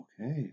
Okay